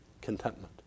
contentment